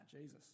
Jesus